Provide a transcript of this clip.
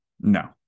No